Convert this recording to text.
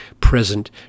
present